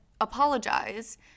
apologize